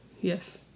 yes